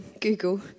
Google